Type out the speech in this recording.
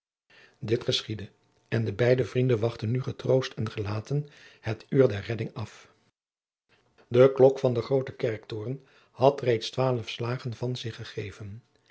dit geschiedde en de beide vrienden wachtten nu getroost en gelaten het uur der redding af de klok van den grooten kerktoren had reeds twaalf slagen van zich gegeven